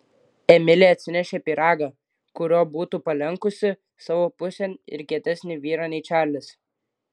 emilė atsinešė pyragą kuriuo būtų palenkusi savo pusėn ir kietesnį vyrą nei čarlis